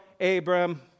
Abram